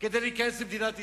כדי להיכנס למדינת ישראל,